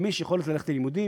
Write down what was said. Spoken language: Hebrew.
למי יש יכולת ללכת ללימודים?